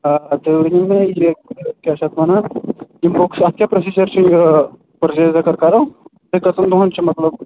آ تُہۍ ؤنِو مےٚ یہِ کیٛاہ چھُ اَتھ وَنان یِم بُکٕس اتھ کیٛاہ پرٛوسیٖجر چھُ یہِ پٔرچیز اَگر کٔرو کٔژَن دۅہن چھُ مطلب